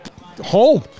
home